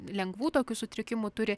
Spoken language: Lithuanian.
lengvų tokių sutrikimų turi